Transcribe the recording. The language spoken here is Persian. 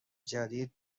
جدید